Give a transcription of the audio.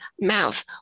mouth